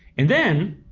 and then